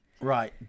Right